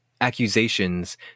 accusations